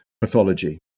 pathology